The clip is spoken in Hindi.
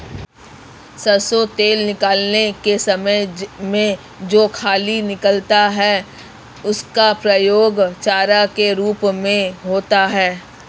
सरसों तेल निकालने के समय में जो खली निकलता है उसका प्रयोग चारा के रूप में होता है